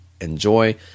enjoy